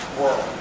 world